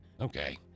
Okay